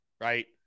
right